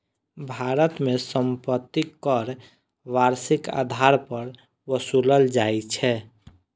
भारत मे संपत्ति कर वार्षिक आधार पर ओसूलल जाइ छै